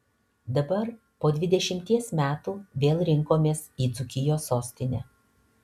dabar po dvidešimties metų vėl rinkomės į dzūkijos sostinę